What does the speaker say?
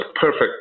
perfect